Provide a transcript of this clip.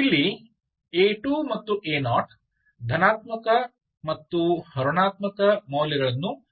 ಇಲ್ಲಿa2 ಮತ್ತು ao ಧನಾತ್ಮಕ ಮತ್ತು ಋಣಾತ್ಮಕ ಮೌಲ್ಯಗಳನ್ನು ತೆಗೆದುಕೊಳ್ಳಬಹುದು